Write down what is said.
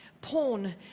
porn